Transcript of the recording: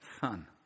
son